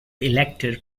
elected